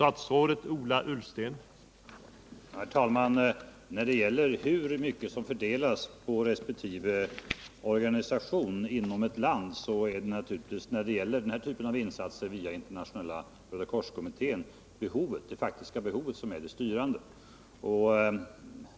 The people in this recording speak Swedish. Herr talman! När det gäller hur mycket som fördelas på resp. organisation inom ett land är det naturligtvis vid den här typen av insatser, via den internationella Rödakorskommittén, det faktiska behovet som är avgörande.